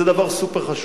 זה דבר סופר-חשוב,